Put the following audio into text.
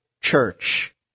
church